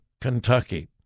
Kentucky